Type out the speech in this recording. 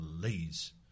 please